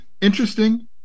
Interesting